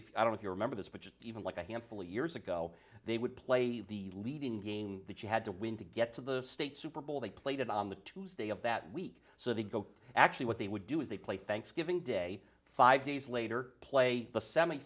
if i don't you remember this but even like a handful of years ago they would play the leading game that you had to win to get to the state super bowl they played it on the tuesday of that week so they go actually what they would do is they play thanksgiving day five days later play the semi